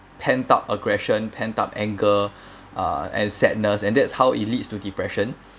pent up aggression pent up anger uh and sadness and that's how it leads to depression